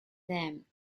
theme